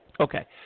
Okay